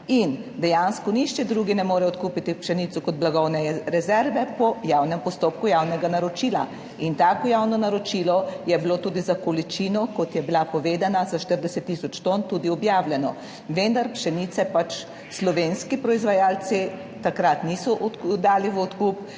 in dejansko nihče drugi ne more odkupiti pšenice kot blagovne rezerve po postopku javnega naročila. Tako javno naročilo je bilo tudi objavljeno za količino, kot je bila povedana, za 40 tisoč ton. Vendar pšenice pač slovenski proizvajalci takrat niso dali v odkup